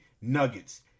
nuggets